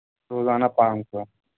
روزانہ پانچ سو